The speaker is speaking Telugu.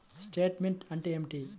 స్టేట్మెంట్ అంటే ఏమిటి?